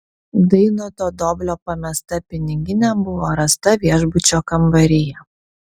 dainoto doblio pamesta piniginė buvo rasta viešbučio kambaryje